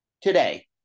Today